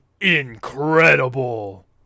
incredible